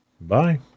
Bye